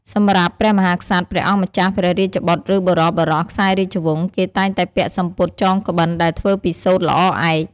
សម្រាប់ព្រះមហាក្សត្រ ព្រះអង្គម្ចាស់ ព្រះរាជបុត្រ ឬ បុរសៗខ្សែរាជវង្ស គេតែងតែពាក់់សំពត់ចងក្បិនដែលធ្វើពីសូត្រល្អឯក។